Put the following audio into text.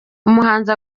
umuhanzi